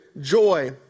joy